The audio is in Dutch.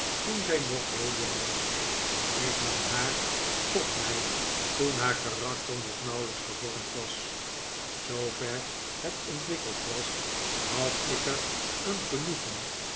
toen zij nog heel jong was ik nam haar tot mij toen haar karakter nog nauwelijks gevormd was zoover het ontwikkeld was had ik er een genoegen